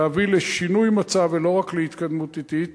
להביא לשינוי מצב ולא רק להתקדמות אטית.